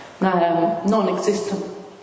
non-existent